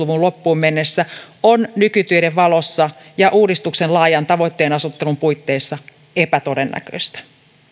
luvun loppuun mennessä on nykytiedon valossa ja uudistuksen laajan tavoitteenasettelun puitteissa epätodennäköistä